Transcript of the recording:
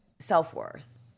self-worth